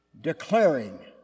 declaring